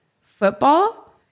football